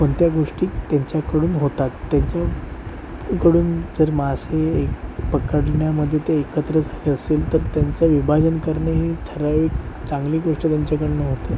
कोणत्या गोष्टी त्यांच्याकडून होतात त्यांच्या कडून जर मासे हे पकडण्यामध्ये ते एकत्र झाले असेल तर त्यांचं विभाजन करणे हे ठराविक चांगली गोष्ट त्यांच्याकडनं होते